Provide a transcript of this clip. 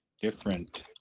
different